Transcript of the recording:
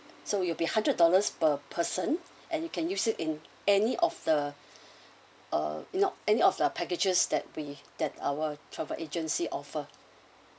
so it will be hundred dollars per person and you can use it in any of the uh you know any of our packages that we that our travel agency offer